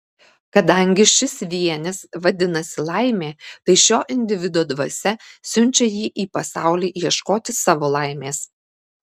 kadangi šis vienis vadinasi laimė tai šio individo dvasia siunčia jį į pasaulį ieškoti savo laimės